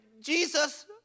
Jesus